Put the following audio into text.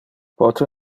pote